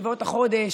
בסביבות חודש,